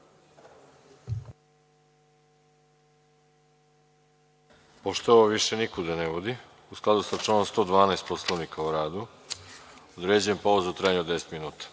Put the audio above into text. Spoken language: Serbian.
Pošto ovo više nikuda ne vodi, u skladu sa članom 112. Poslovnika o radu određujem pauzu u trajanju od deset